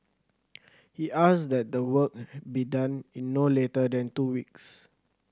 he asked that the work be done in no later than two weeks